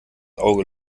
auge